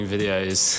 videos